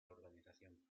organización